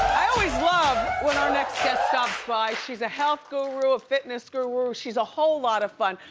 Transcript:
i always love when our next guest stops by. she's a health guru, a fitness guru. she's a whole lot of fun.